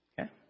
Okay